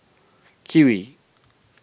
Kiwi